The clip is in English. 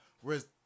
Whereas